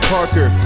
Parker